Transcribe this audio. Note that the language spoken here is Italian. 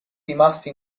rimasti